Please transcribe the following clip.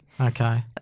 Okay